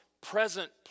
present